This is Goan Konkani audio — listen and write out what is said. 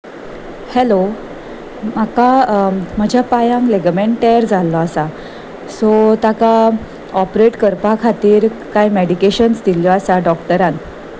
हॅलो म्हाका म्हज्या पांयांक लेगमेन्ट टॅर जाल्लो आसा सो ताका ऑपरेट करपा खातीर कांय मेडिकेशन्स दिल्ल्यो आसा डॉक्टरान